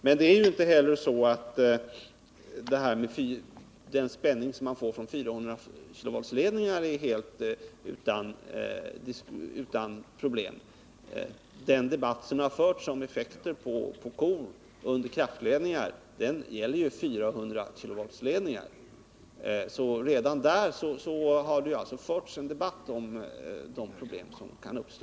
Men inte heller den spänning som man får från 400-kV-ledningar är ju helt utan problem. Den debatt som förts om effekter på kor under kraftledningar har ju gällt 400-kV-ledningar; redan sådana ledningar har alltså givit anledning till debatt om de problem som kan uppstå.